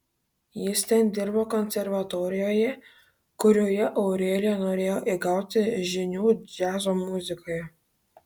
jis ten dirbo konservatorijoje kurioje aurelija norėjo įgauti žinių džiazo muzikoje